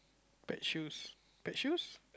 pet shoes pet shoes